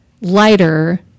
lighter